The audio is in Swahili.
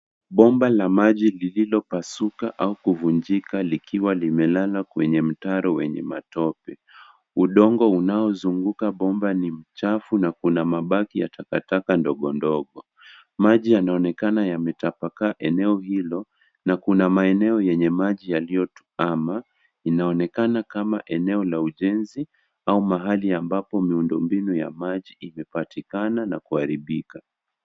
Bomba la maji lililopasuka au kuvunjika, likiwa limelala kwenye mtaro wenye matope. Udongo unaozunguka bomba ni mchafu na kuna mabaki ya takataka ndogo ndogo .Maji yanaonekana yametapakaa eneo hilo, na kuna maeneo yenye maji yaliyotuama. Inaonekana kama eneo la ujenzi au mahali ambapo miundo mbinu ya maji imepatikana na kuharibika.